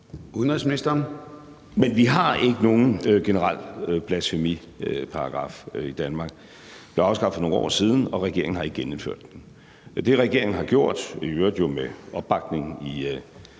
Rasmussen): Men vi har ikke nogen generel blasfemiparagraf i Danmark. Den blev afskaffet for nogle år siden, og regeringen har ikke genindført den. Det, regeringen har gjort, i øvrigt med opbakning i